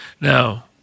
now